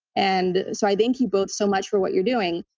and so i thank you both so much for what you're doing.